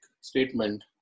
statement